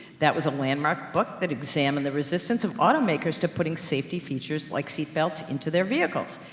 that was a landmark book, that examined the resistance of automakers to putting safety features, like seat belts, into their vehicles.